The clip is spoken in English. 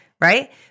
right